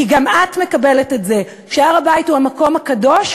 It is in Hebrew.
כי גם את מקבלת את זה שהר-הבית הוא המקום הקדוש,